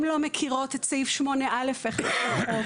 והן לא מכירות את סעיף 8(א)(1) לחוק.